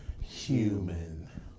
human